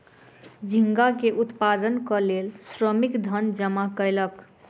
झींगा के उत्पादनक लेल श्रमिक धन जमा कयलक